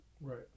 Right